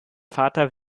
vater